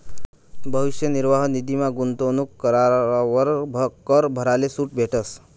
भविष्य निर्वाह निधीमा गूंतवणूक करावर कर भराले सूट भेटस